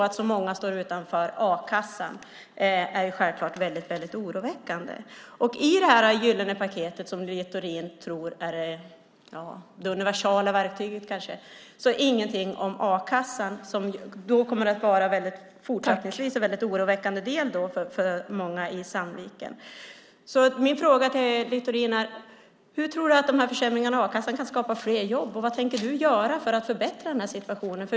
Att många står utanför a-kassan är väldigt oroväckande. I det gyllene paketet, som Littorin tror är det universella verktyget, finns ingenting om a-kassan, som fortsättningsvis kommer att vara en oroväckande del för många i Sandviken. Hur tror du att försämringarna i a-kassan kan skapa fler jobb? Vad tänker du göra för att förbättra situationen?